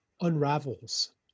unravels